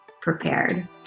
prepared